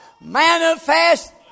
manifest